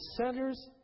centers